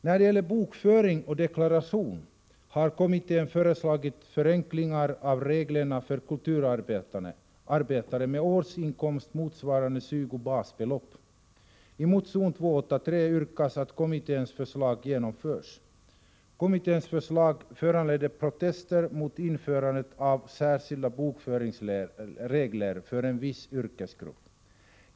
När det gäller bokföring och deklaration har kommittén föreslagit förenklingar av reglerna för kulturarbetare med årsinkomst motsvarande 20 basbelopp. I motion 283 yrkas att kommitténs förslag genomförs. Kommitténs förslag föranledde protester mot införandet av särskilda bokföringsregler för en viss yrkesgrupp.